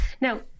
Now